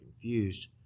confused